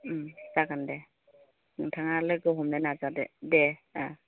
ओम जागोन दे नोंथाङा लोगो हमनो नाजादो दे ओ